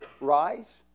rise